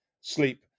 sleep